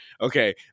Okay